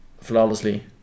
flawlessly